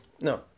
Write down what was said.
No